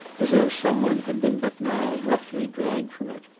as though some one had been but now roughly dragged from it.